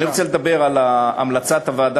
אני רוצה לדבר על המלצת הוועדה